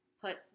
put